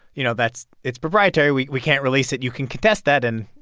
you know, that's it's proprietary. we we can't release it. you can contest that. and